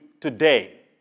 today